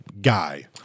guy